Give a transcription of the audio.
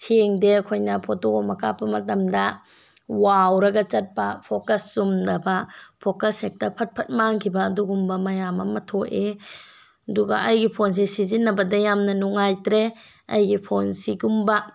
ꯁꯦꯡꯗꯦ ꯑꯩꯈꯣꯏꯅ ꯐꯣꯇꯣ ꯑꯃ ꯀꯥꯞꯄ ꯃꯇꯝꯗ ꯋꯥꯎꯔꯒ ꯆꯠꯄ ꯐꯣꯀꯁ ꯆꯨꯝꯗꯕ ꯐꯣꯀꯁ ꯍꯦꯛꯇ ꯐꯠ ꯐꯠ ꯃꯥꯡꯈꯤꯕ ꯑꯗꯨꯒꯨꯝꯕ ꯃꯌꯥꯝ ꯑꯃ ꯊꯣꯛꯑꯦ ꯑꯗꯨꯒ ꯑꯩꯒꯤ ꯐꯣꯟꯁꯦ ꯁꯤꯖꯤꯟꯅꯕꯗ ꯌꯥꯝꯅ ꯅꯨꯡꯉꯥꯏꯇ꯭ꯔꯦ ꯑꯩꯒꯤ ꯐꯣꯟ ꯁꯤꯒꯨꯝꯕ